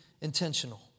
intentional